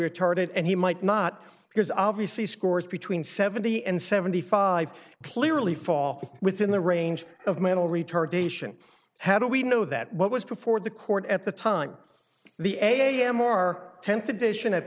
retarded and he might not because obviously scores between seventy and seventy five clearly fall within the range of mental retardation how do we know that what was before the court at the time the a m r tenth edition